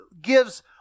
gives